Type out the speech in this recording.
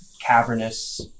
cavernous